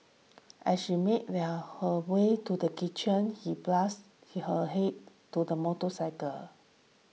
as she made well her way to the kitchen he bashed her head to the motorcycle